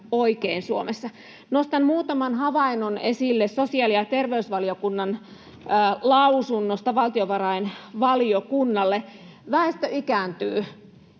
oikein Suomessa. Nostan muutaman havainnon esille sosiaali- ja terveysvaliokunnan lausunnosta valtiovarainvaliokunnalle. Väestö ikääntyy,